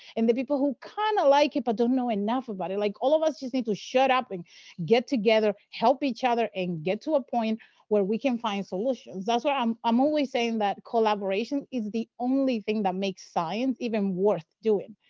and the people who kind of like it, but don't know enough about it. like all of us just need to shut up, and get together, help each other, and get to a point where we can find solutions. so i'm always saying that collaboration is the only thing that makes science even worth doing.